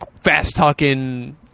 fast-talking